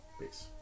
Peace